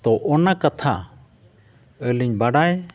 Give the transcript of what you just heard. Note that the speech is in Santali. ᱛᱳ ᱚᱱᱟ ᱠᱟᱛᱷᱟ ᱟᱹᱞᱤᱧ ᱵᱟᱰᱟᱭ